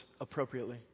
appropriately